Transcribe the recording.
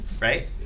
Right